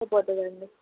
రేపు పొద్దున్న రండి